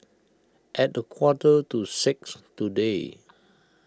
at a quarter to six today